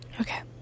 Okay